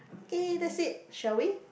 K that's it shall we